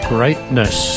Greatness